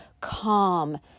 calm